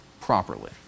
properly